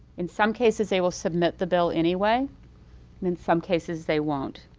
in some cases they will submit the bill anyway and in some cases they won't,